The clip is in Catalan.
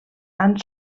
han